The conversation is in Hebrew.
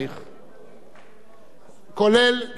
כפי שאומרת לי מזכירת הכנסת,